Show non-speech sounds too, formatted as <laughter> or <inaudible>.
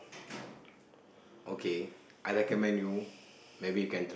<breath>